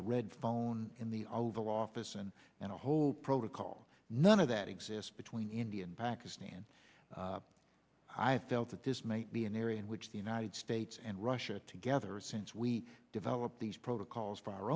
the red phone in the oval office and and a whole protocol none of that exists between india and pakistan i felt that this may be an area in which the united states and russia together since we developed these protocols for our